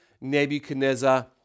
Nebuchadnezzar